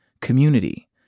community